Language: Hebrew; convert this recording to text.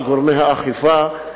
גורמי האכיפה,